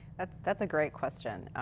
that's that's a great question.